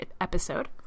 episode